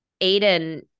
Aiden